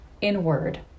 inward